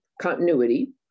continuity